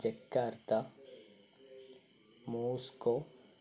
Jakarta Moscow